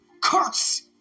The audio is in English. Curse